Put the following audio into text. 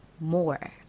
more